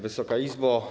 Wysoka Izbo!